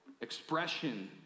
expression